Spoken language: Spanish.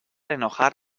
enojar